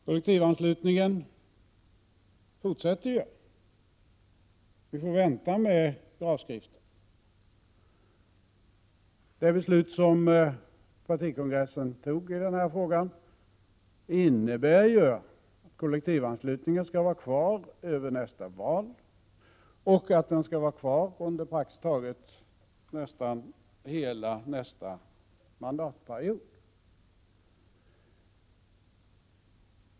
Kollektivanslutningen fortsätter, och vi får vänta med gravskriften. Det beslut som partikongressen tog i den här frågan innebär att kollektiv praktiskt taget hela nästa mandatperiod.